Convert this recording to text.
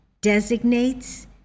designates